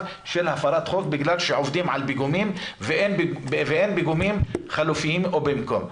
של הפרת חוק בגלל שעובדים על פיגומים ואין פיגומים חלופיים או במקום.